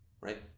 Right